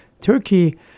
Turkey